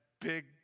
big